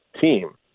team